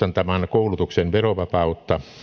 koulutuksen verovapautta